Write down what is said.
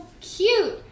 cute